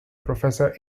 professor